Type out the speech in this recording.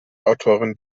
autoren